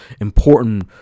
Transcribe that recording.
important